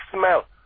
smell